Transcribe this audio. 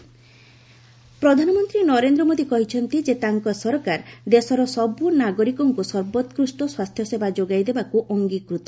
ମୋଦି ଜନଔଷଧି ପ୍ରଧାନମନ୍ତ୍ରୀ ନରେନ୍ଦ୍ର ମୋଦି କହିଛନ୍ତି ଯେ ତାଙ୍କ ସରକାର ଦେଶର ସବୁନାଗରିକଙ୍କୁ ସର୍ବୋକୃଷ୍ଟ ସ୍ୱାସ୍ଥ୍ୟସେବା ଯୋଗାଇଦେବାକୁ ଅଙ୍ଗୀକୃତ